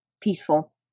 peaceful